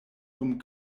dum